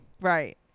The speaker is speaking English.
right